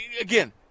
again